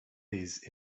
those